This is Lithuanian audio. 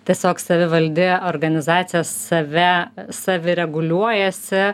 tiesiog savivaldi organizacija save savireguliuojasi